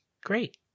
Great